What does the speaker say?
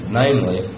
namely